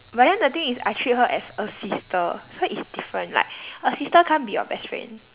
but then the thing is I treat her as a sister so it's different like a sister can't be your best friend